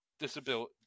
Disability